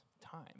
time